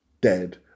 dead